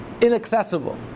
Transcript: inaccessible